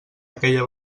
aquella